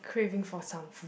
craving for some food